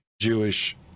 Jewish